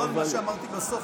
לא על מה שאמרתי בסוף,